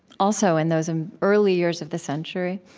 also, in those um early years of the century,